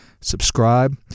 Subscribe